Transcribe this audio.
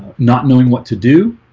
not knowing what to do